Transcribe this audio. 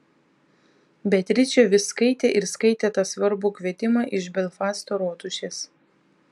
beatričė vis skaitė ir skaitė tą svarbų kvietimą iš belfasto rotušės